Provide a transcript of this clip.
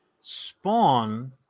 Spawn